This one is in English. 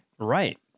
right